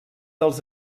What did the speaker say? dels